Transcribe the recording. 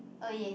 oh yeah